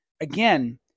again